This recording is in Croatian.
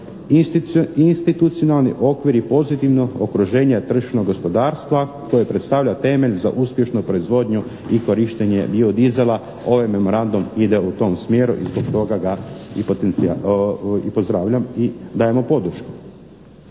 institucionalni okvir i pozitivno okruženje tržišnog gospodarstva koje predstavlja temelj za uspješnu proizvodnju i korištenje bio dizela. Ovaj memorandum ide u tom smjeru i zbog toga ga i pozdravljam i dajemo podršku.